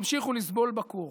ימשיכו לסבול בקור.